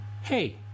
hey